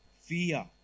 fear